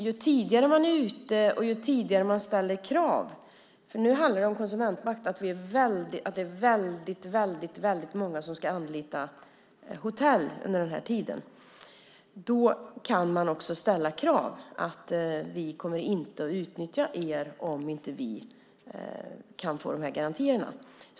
Ju tidigare man är ute och ju tidigare man ställer krav - det handlar om konsumentmakt och att det är väldigt många som ska anlita hotell under den här tiden - desto bättre går det att ställa krav: Vi kommer inte att utnyttja er om vi inte kan få de här garantierna.